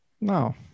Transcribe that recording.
No